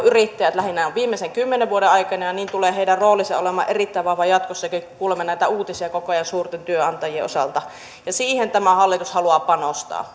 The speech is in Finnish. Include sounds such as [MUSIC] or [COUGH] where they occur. yrittäjät lähinnä viimeisen kymmenen vuoden aikana ja heidän roolinsa tulee olemaan erittäin vahva jatkossakin kun kuulemme näitä uutisia koko ajan suurten työnantajien osalta tämä hallitus haluaa panostaa [UNINTELLIGIBLE]